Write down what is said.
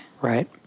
Right